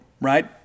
right